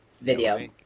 video